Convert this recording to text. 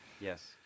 Yes